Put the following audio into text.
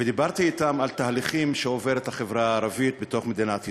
ודיברתי אתם על תהליכים שעוברת החברה הערבית בתוך מדינת ישראל.